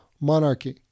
monarchy